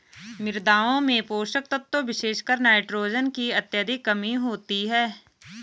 मृदाओं में पोषक तत्वों विशेषकर नाइट्रोजन की अत्यधिक कमी होती है